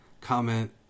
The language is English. comment